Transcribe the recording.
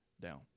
down